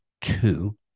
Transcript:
two